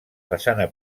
façana